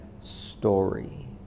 story